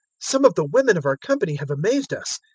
some of the women of our company have amazed us.